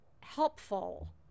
helpful